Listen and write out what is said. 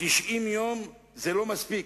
90 יום לא מספיקים,